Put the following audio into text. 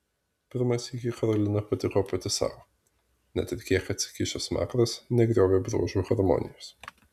pirmą sykį karolina patiko pati sau net ir kiek atsikišęs smakras negriovė bruožų harmonijos